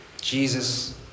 Jesus